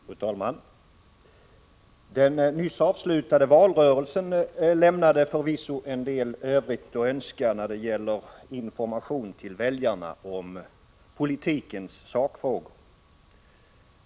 Fru talman! Den nyss avslutade valrörelsen lämnade förvisso en del övrigt att önska, när det gäller information till väljarna om politikens sakfrågor.